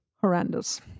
horrendous